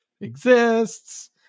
exists